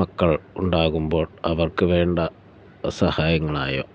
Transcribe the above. മക്കൾ ഉണ്ടാകുമ്പോൾ അവർക്ക് വേണ്ട സഹായങ്ങളായോ